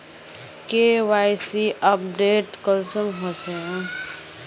KYC update कुंसम होचे?